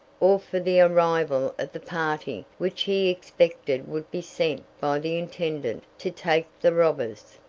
or for the arrival of the party which he expected would be sent by the intendant to take the robbers.